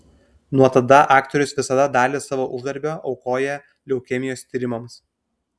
nuo tada aktorius visada dalį savo uždarbio aukoja leukemijos tyrimams